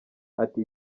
ati